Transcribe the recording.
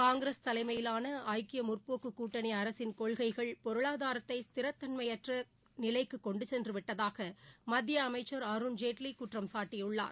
காங்கிரஸ் தலைமையிலான ஐக்கிய முற்போக்கு கூட்டணி அரசின் கொள்கைகள் பொருளாதாரத்தை ஸ்திரமற்ற தன்மைக்கு கொண்டு சென்றுவிட்டதாக மத்திய அமைச்சர் அருண்ஜேட்லி குற்றம்சாட்டியுள்ளார்